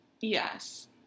Yes